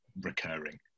recurring